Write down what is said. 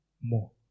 more